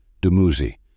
Dumuzi